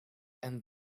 een